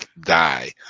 die